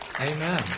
Amen